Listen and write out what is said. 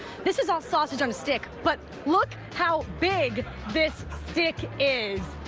this is all sausage on a stick but look how big this stick is.